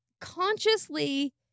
consciously